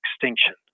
extinction